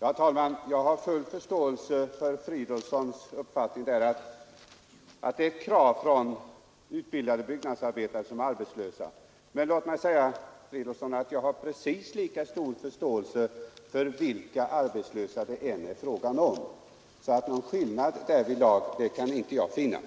Herr talman! Jag har full förståelse för herr Fridolfssons i Rödeby uppfattning att det är ett krav från utbildade byggnadsarbetare som är arbetslösa. Men låt mig säga, herr Fridolfsson, att jag har precis lika stor förståelse vilka arbetslösa det än är fråga om, så att någon skillnad därvidlag kan inte jag finna.